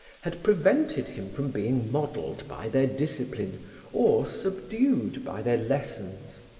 had prevented him from being modelled by their discipline or subdued by their lessons.